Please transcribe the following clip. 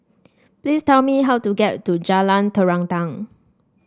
please tell me how to get to Jalan Terentang